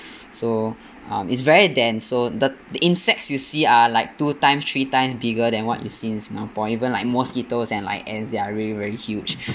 so um it's very dense so the the insects you see are like two times three times bigger than what is seen in singapore even like mosquitoes and like it's really very huge